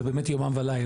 זה באמת יומם ולילה,